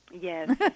yes